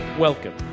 Welcome